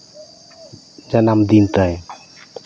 ᱡᱟᱱᱟᱢ ᱫᱤᱱ ᱛᱟᱭ